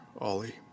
Ollie